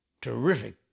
terrific